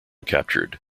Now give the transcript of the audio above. captured